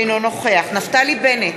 אינו נוכח נפתלי בנט,